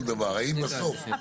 חברת חשמל היום דורשת תחנת השנאה,